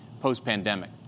post-pandemic